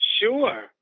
Sure